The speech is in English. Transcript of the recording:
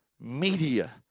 media